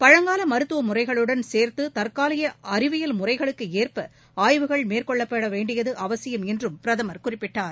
பழங்கால மருத்துவமுறைகளுடன் சேர்த்து தற்கால அறிவியல் முறைகளுக்கு ஏற்ப ஆய்வுகள் மேற்கொள்ளப்பட வேண்டியது அவசியம் என்றும் பிரதமர் குறிப்பிட்டார்